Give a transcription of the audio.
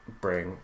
bring